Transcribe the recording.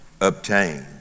obtained